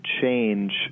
change